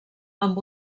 amb